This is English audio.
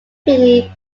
finney